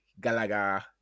Galaga